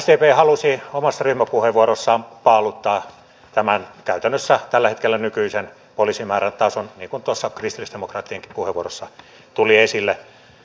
sdp halusi omassa ryhmäpuheenvuorossaan paaluttaa tämän käytännössä tällä hetkellä olevan nykyisen poliisimäärän tason sama tuossa kristillisdemokraattienkin puheenvuorossa tuli esille